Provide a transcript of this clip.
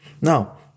Now